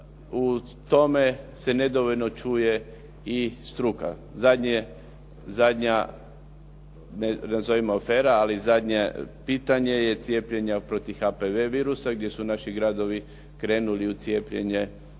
o tome se nedovoljno čuje i struka. Zadnja nazovimo afera, ali zadnje pitanje je cijepljenje protiv HPV virusa gdje su naši gradovi krenuli u cijepljenje